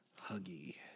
huggy